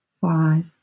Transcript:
five